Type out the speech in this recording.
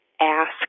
ask